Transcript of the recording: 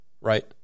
right